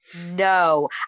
no